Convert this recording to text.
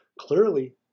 Clearly